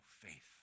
faith